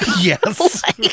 yes